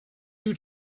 you